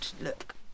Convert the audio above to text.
Look